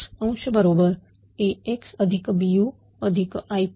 बरोबर AxBu IP